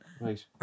right